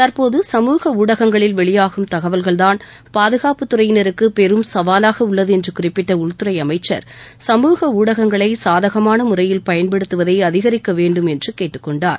தற்போது சமூக ஊடகங்களில் வெளியாகும் தகவல்கள்தான் பாதுகாப்புத் துறையினருக்கு பெரும் சவாலாக உள்ளது என்று குறிப்பிட்ட உள்துறை அமைக்சர் சமூக ஊடகங்களை சாதகமான முறையில் பயன்படுத்துவதை அதிகரிக்க வேண்டும் என்று கேட்டுக் கொண்டார்